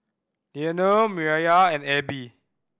Leaner Mireya and Ebbie